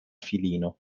filino